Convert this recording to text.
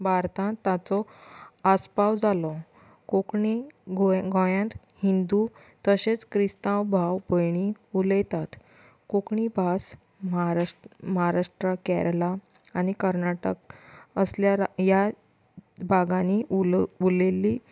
भारतांत ताचो आस्पाव जालो कोंकणी गोंयांत हिंदू तशेंच क्रिस्तांव भाव भयणी उलयतात कोंकणी भास महाराष् महाराष्ट्राक केरला आनी कर्नाटका असल्या ह्या भागांनी उलय उलयिल्ली